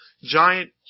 giant